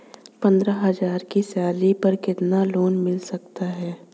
पंद्रह हज़ार की सैलरी पर कितना लोन मिल सकता है?